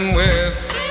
west